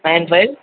nine five